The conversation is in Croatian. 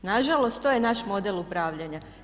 Nažalost to je naš model upravljanja.